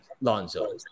Lonzo